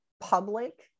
public